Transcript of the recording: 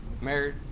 Married